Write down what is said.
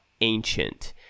ancient